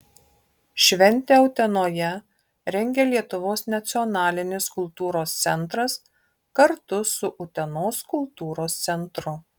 šventę utenoje rengia lietuvos nacionalinis kultūros centras kartu su utenos kultūros centru